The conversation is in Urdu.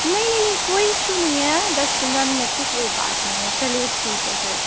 نہیں نہیں نہیں کوئی اشو نہیں ہے دس پندرہ منٹ کی کوئی بات نہیں ہے چلیے ٹھیک ہے پھر